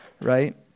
right